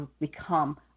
become